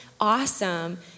awesome